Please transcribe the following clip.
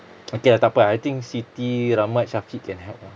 okay ah takpe ah I think siti rahmat syafiq can help ah